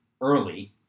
early